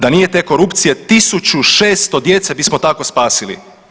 Da nije te korupcije 1600 djece bismo tako spasili.